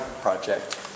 project